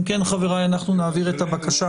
אם כן חבריי אנחנו נעביר את הבקשה